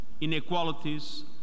inequalities